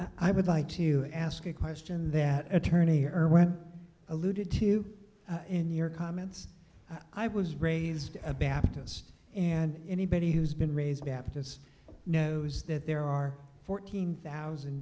i would like to ask a question that attorney earl alluded to in your comments i was raised a baptist and anybody who's been raised baptist knows that there are fourteen thousand